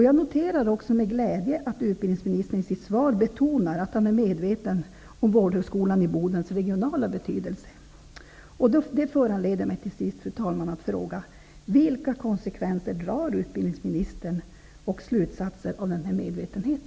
Jag noterar också med glädje att utbildningsministern i sitt svar betonar att han är medveten om den regionala betydelse som Vårdhögskolan i Boden har. Det föranleder mig att fråga: Vilka konsekvenser och slutsatser drar utbildningsministern av denna medvetenhet?